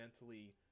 mentally